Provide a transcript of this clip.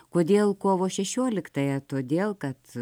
kodėl kovo šešioliktąją todėl kad